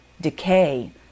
decay